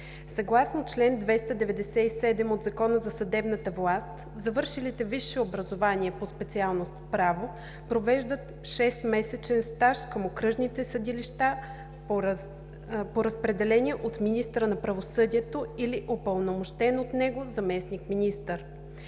Съгласно чл. 297 от Закона за съдебната власт, завършилите висше образование по специалност „Право“ провеждат шестмесечен стаж към окръжните съдилища по разпределение от министъра на правосъдието или упълномощен от него заместник-министър.